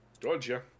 Georgia